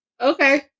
Okay